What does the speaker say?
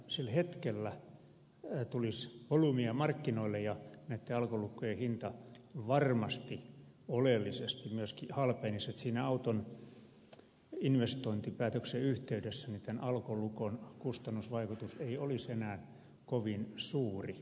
sillä hetkellä tulisi volyymiä markkinoille ja näitten alkolukkojen hinta varmasti oleellisesti myöskin halpenisi niin että siinä auton investointipäätöksen yhteydessä tämän alkolukon kustannusvaikutus ei olisi enää kovin suuri